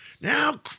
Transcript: Now